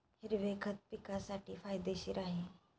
हिरवे खत पिकासाठी फायदेशीर आहे